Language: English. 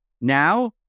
Now